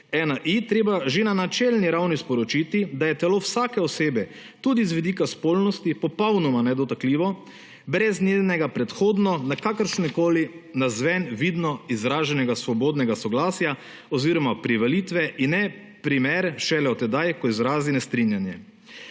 KZ-1I, treba že na načelni ravni sporočiti, da je telo vsake osebe, tudi z vidika spolnosti, popolnoma nedotakljivo, brez njenega predhodno, na kakršenkoli navzven vidno izraženega svobodnega soglasja oziroma privolitve in ne primer šele tedaj, ko izrazi nestrinjanje.